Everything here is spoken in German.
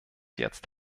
jetzt